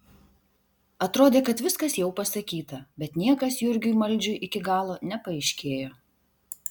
atrodė kad viskas jau pasakyta bet niekas jurgiui maldžiui iki galo nepaaiškėjo